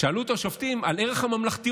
שאלו אותו השופטים על ערך הממלכתיות,